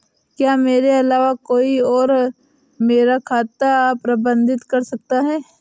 क्या मेरे अलावा कोई और मेरा खाता प्रबंधित कर सकता है?